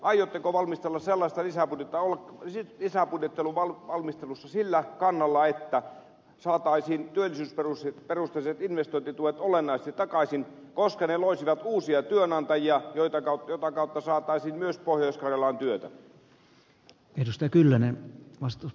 aiotteko olla lisäbudjetin valmistelussa sillä kannalla että saataisiin työllisyysperusteiset investointituet olennaisesti takaisin koska ne loisivat uusia työnantajia mitä kautta saataisiin myös pohjois karjalaan työtä